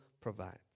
provides